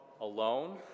alone